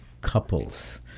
couples